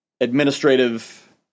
administrative